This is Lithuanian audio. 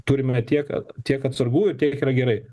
turime tiek tiek atsargų ir tiek yra gerai